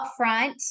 upfront